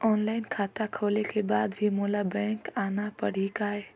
Online खाता खोले के बाद भी मोला बैंक आना पड़ही काय?